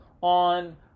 on